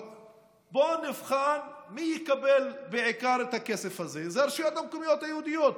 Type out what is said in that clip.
בואו נבחן מי בעיקר יקבל את הכסף הזה: אלה הרשויות המקומיות היהודיות,